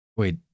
Wait